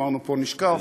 ואמרנו: פה נשכב,